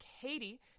Katie